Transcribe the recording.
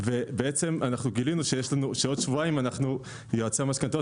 גילינו שעוד שבועיים יועצי משכנתאות,